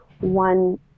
one